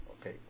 Okay